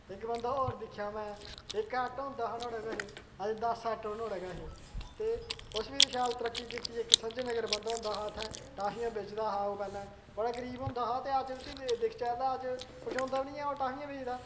इक बंदा होर दिक्खेआ में इक ऑटो होंदा हा नुहाड़े कश अज्ज दस ऑटो न नुहाड़े कश ते उस बी शैल तरक्की कीती इक संजय नगर बंदा होंदा हा इ'त्थें टॉफियां बेचदा हा ओह् पैह्लें बड़ा गरीब होंदा हा ते अज्ज उसी दिक्खचै ते उसी तां ओह् पन्छोंदा बी निं ऐ कि ओह् टॉफियां बेचदा